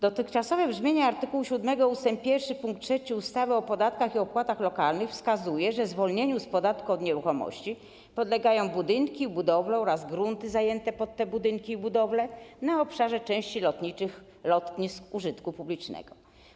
Dotychczasowe brzmienie art. 7 ust. 1 pkt 3 ustawy o podatkach i opłatach lokalnych wskazuje, że zwolnieniu z podatku od nieruchomości podlegają budynki, budowle oraz grunty zajęte pod te budynki i budowle na obszarze części lotniczych lotnisk użytku publicznego.